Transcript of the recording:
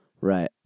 Right